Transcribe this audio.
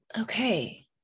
okay